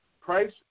Price